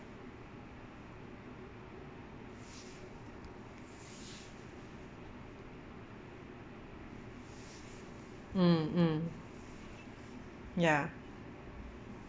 mm mm ya